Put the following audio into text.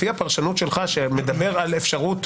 לפי הפרשנות שלך שמדברת על אפשרות,